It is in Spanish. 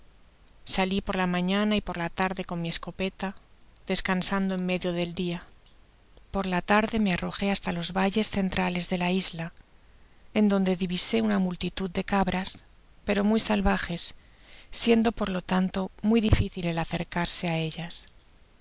salí por la mañana y por la tarde con mi escopeta descansando en medio del dia por la tarde me arrojé hasta los valles centrales de la isla en donde divisé una mulmuliitud de cabras pero muy salvajes siendo por lo tanto muy difícil el acercarse á ellas